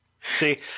See